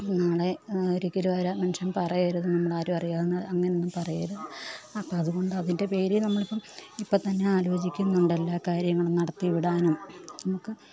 നാളെ ഒരിക്കലും ഒരു മനുഷ്യൻ പറയരുത് നമ്മളാരുമറിയാതെ അങ്ങനെയൊന്നും പറയരുത് അപ്പം അതുകൊണ്ട് അതിൻ്റെ പേരിൽ നമ്മളിപ്പം ഇപ്പോൾത്തന്നെ ആലോചിക്കുന്നുണ്ടല്ലോ കാര്യങ്ങളും നടത്തിവിടാനും നമുക്ക്